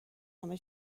همه